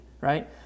right